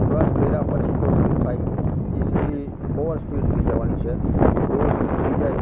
clutch કર્યા પછી તો શું થાય એ સીધી ઓવર સ્પીડ થઈ જવાની છે ઓવર સ્પીડ થઈ જાય